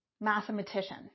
mathematician